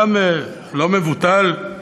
אדם לא מבוטל,